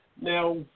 Now